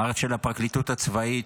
המערכת של הפרקליטות הצבאית,